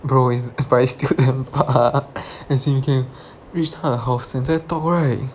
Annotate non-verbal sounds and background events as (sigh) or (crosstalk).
bro is but is still (laughs) damn far as in you can reach 她的 house and then talk right